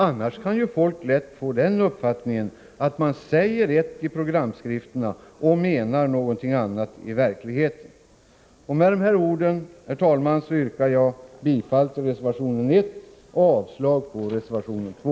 Annars kan folk lätt få den uppfattningen att socialdemokraterna säger ett i programskrifterna och menar något annat i verkligheten. Med dessa ord yrkar jag, herr talman, bifall till reservation 1 och avslag på reservation 2.